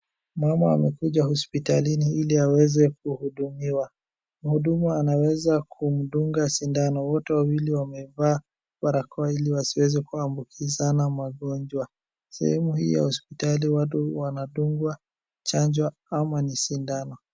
Mama amekuja hospitalini ili aweze kuhudumiwa. Mhudumu anaweza kumdunga sindano. Wote wawili wamevaa barakoa ili wasiweze kuambukizana magonjwa. Sehemu hii ya hospitali watu wanadungwa chanjo ama ni sindano.